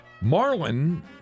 Marlin